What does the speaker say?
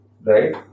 right